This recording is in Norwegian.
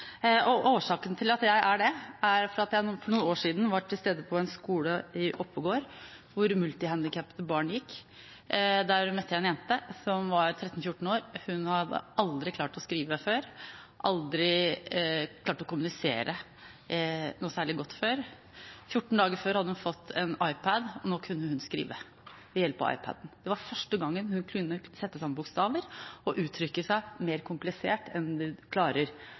er det, er at jeg for noen år siden var til stede på en skole i Oppegård hvor det gikk multihandikappede barn. Der møtte jeg en jente som var 13–14 år. Hun hadde aldri klart å skrive før, aldri klart å kommunisere noe særlig godt før. 14 dager før hadde hun fått en iPad, og nå kunne hun skrive ved hjelp av iPaden. Det var første gangen hun kunne sette sammen bokstaver og uttrykke seg mer komplisert enn man klarer